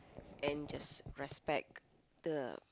and just respect the